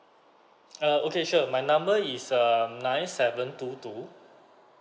err okay sure my number is um nine seven two two